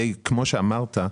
כמו אמרת,